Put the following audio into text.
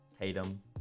Tatum